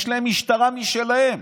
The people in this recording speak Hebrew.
יש להם משטרה משלהם,